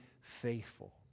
faithful